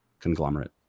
conglomerate